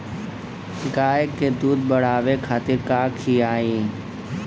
गाय के दूध बढ़ावे खातिर का खियायिं?